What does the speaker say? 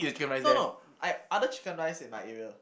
no no I have other chicken-rice in my area